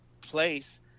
place